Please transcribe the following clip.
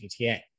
GTA